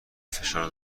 فشار